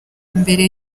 mbere